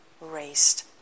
raised